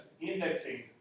indexing